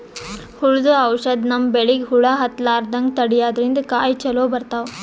ಹುಳ್ದು ಔಷಧ್ ನಮ್ಮ್ ಬೆಳಿಗ್ ಹುಳಾ ಹತ್ತಲ್ಲ್ರದಂಗ್ ತಡ್ಯಾದ್ರಿನ್ದ ಕಾಯಿ ಚೊಲೋ ಬರ್ತಾವ್